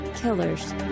killers